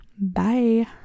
Bye